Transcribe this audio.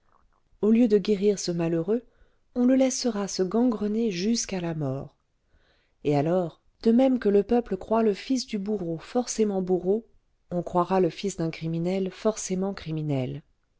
au lieu de guérir ce malheureux on le laissera se gangrener jusqu'à la mort et alors de même que le peuple croit le fils du bourreau forcément bourreau on croira le fils d'un criminel forcément criminel